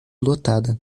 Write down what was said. lotada